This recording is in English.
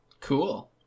cool